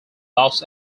los